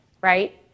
right